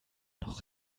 noch